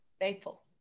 Faithful